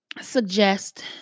suggest